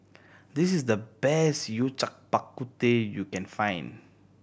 this is the best Yao Cai Bak Kut Teh you can find